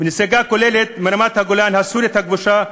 ונסיגה כוללת מרמת-הגולן הסורית הכבושה,